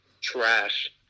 trash